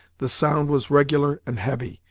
the sound was regular and heavy,